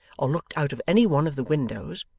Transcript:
or looked out of any one of the windows,